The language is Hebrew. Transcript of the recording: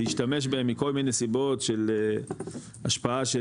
להשתמש בהם מכל מיני סיבות של השפעה של